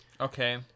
Okay